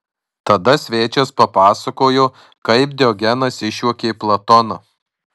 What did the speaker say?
tada svečias papasakojo kaip diogenas išjuokė platoną